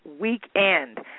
weekend